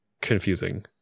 confusing